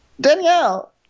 Danielle